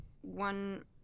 one-